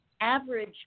average